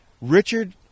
Richard